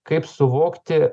kaip suvokti